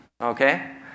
Okay